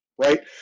right